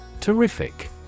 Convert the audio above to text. Terrific